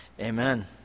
amen